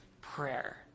prayer